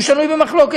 הוא שנוי במחלוקת.